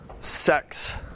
Sex